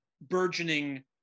burgeoning